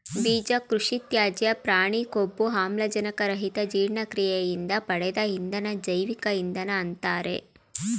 ಬೀಜ ಕೃಷಿತ್ಯಾಜ್ಯ ಪ್ರಾಣಿ ಕೊಬ್ಬು ಆಮ್ಲಜನಕ ರಹಿತ ಜೀರ್ಣಕ್ರಿಯೆಯಿಂದ ಪಡೆದ ಇಂಧನ ಜೈವಿಕ ಇಂಧನ ಅಂತಾರೆ